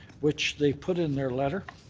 which they put in their letter